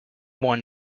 won